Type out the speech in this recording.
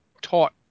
taught